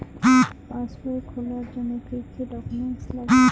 পাসবই খোলার জন্য কি কি ডকুমেন্টস লাগে?